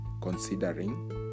considering